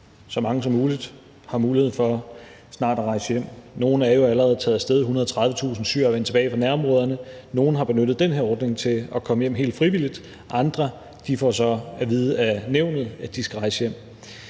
så mange som muligt, har mulighed for snart at rejse hjem. Nogle er jo allerede taget af sted – 130.000 syrere er vendt tilbage fra nærområderne, og nogle har benyttet den her ordning til at tage hjem helt frivilligt, mens andre så får at vide af nævnet, at de skal rejse hjem.